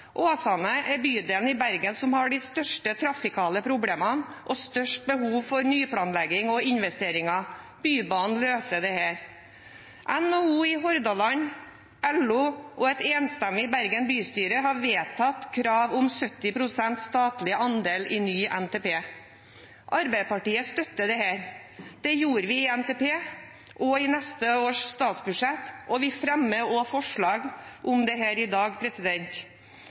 er den bydelen i Bergen som har de største trafikale problemene og størst behov for nyplanlegging og investeringer. Bybanen løser dette. NHO i Hordaland, LO og et enstemmig Bergen bystyre har vedtatt krav om 70 pst. statlig andel i ny NTP. Arbeiderpartiet støtter dette. Det gjorde vi i forbindelse med NTP og i neste års statsbudsjett, og vi fremmer også forslag om dette i dag.